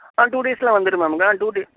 ஆ two டேஸில் வந்துருமாமுங்க two டே